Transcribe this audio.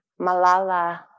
Malala